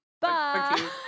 Bye